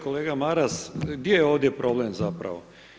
Kolega Maras, gdje je ovdje problem zapravo?